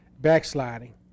backsliding